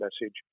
message